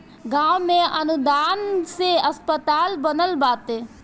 गांव में अनुदान से अस्पताल बनल बाटे